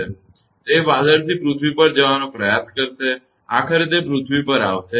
કે તે વાદળથી પૃથ્વી પર જવાનો પ્રયાસ કરશે આખરે તે પૃથ્વી પર આવશે